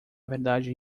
verdade